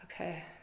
Okay